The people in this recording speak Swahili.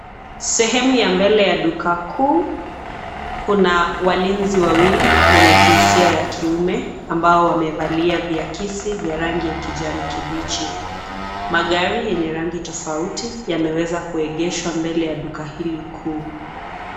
Sehemu ya mbele ya duka kuu. Kuna walinzi wawili wenye jinsia ya kiume ambao wamevalia viakisi vya rangi ya kijani kibichi. Magari yenye rangi tofauti yameweza kuegeshwa mbele ya duka hili kuu.